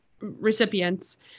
recipients